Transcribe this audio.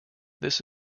this